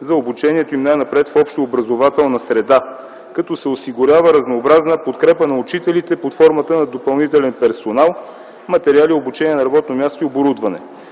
за обучението им най-напред в общообразователна среда, като се осигурява разнообразна подкрепа на учителите под формата на допълнителен персонал, материали, обучение на работното място и оборудване.